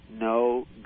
no